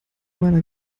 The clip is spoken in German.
meiner